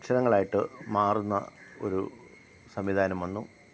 അക്ഷരങ്ങളായിട്ട് മാറുന്ന ഒരു സംവിധാനം വന്നു